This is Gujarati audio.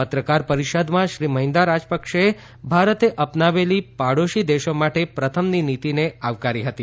પત્રકાર પરિષદમાં શ્રી મહિન્દા રાજપક્ષેએ ભારતે અપનાવેલી પાડોશી દેશો માટે પ્રથમની નીતિને આવકારી હતી